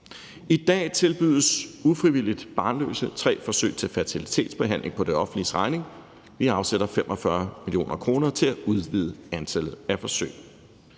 I dag tilbydes ufrivilligt barnløse tre forsøg til fertilitetsbehandling på det offentliges regning. Vi afsætter 45 mio. kr. til at udvide antallet af forsøg.